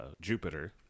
Jupiter